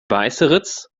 weißeritz